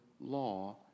law